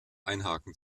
einhaken